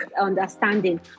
understanding